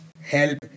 help